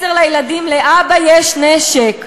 מסר לילדים: לאבא יש נשק.